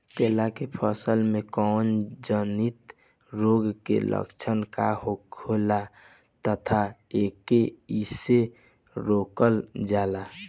केला के फसल में कवक जनित रोग के लक्षण का होखेला तथा एके कइसे रोकल जाला?